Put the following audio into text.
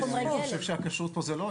אני חושב שהכשרות פה זה לא,